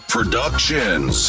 Productions